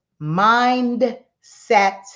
mindset